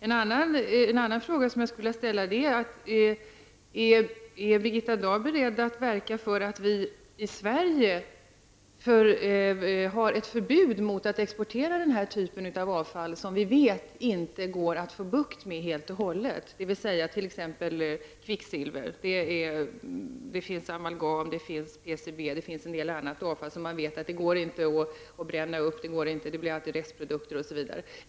En annan fråga är om Birgitta Dahl är beredd att verka för att vi i Sverige inför ett förbud mot att exportera avfall som vi vet att man inte helt kan få bukt med, så som t.ex. kvicksilver, amalgam och PCB. Jag tänker på sådana ämnen som man inte kan bränna upp, som alltid ger restprodukter osv.